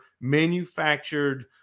manufactured